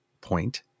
point